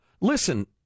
Listen